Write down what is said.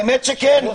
האמת היא שכן.